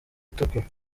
itukura